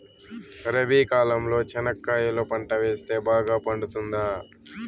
రబి కాలంలో చెనక్కాయలు పంట వేస్తే బాగా పండుతుందా?